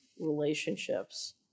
relationships